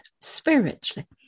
spiritually